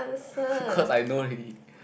cause I know already